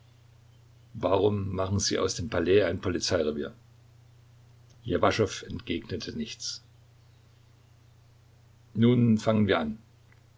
warum machen sie aus dem palais ein polizeirevier ljewaschow entgegnete nichts nun fangen wir an